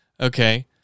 okay